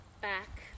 back